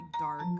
dark